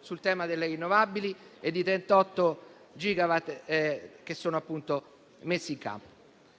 sul tema delle rinnovabili e di 38 gigawatt messi in campo.